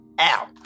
Ow